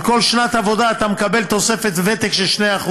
על כל שנת עבודה אתה מקבל תוספת ותק של 2%,